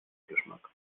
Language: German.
geschmack